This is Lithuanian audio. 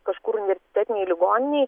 kažkur universitetinėj ligoninėj